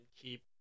keep